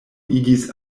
igis